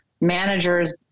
Managers